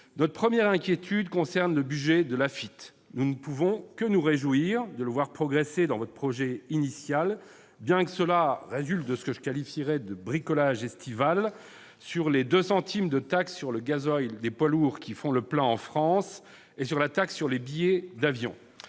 Notre première inquiétude concerne le budget de l'Afitf. Nous ne pouvons que nous réjouir de le voir progresser dans le projet de loi initial, même si cela résulte de ce que je qualifierais de « bricolage estival » sur les 2 centimes de taxe sur le gazole des poids lourds faisant le plein en France et sur la taxe sur les billets d'avion.